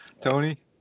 Tony